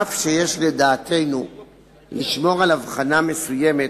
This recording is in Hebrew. אף שיש לדעתנו לשמור על הבחנה מסוימת